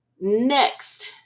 Next